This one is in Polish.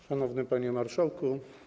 Szanowny Panie Marszałku!